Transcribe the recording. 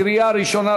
לקריאה ראשונה,